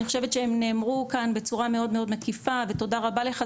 אני חושבת שהם נאמרו כאן בצורה מאוד מאוד מקיפה ותודה רבה לך,